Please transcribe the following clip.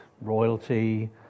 royalty